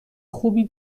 خوبی